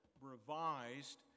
revised